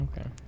Okay